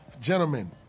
Gentlemen